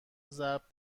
ضرب